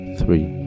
three